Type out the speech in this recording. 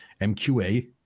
mqa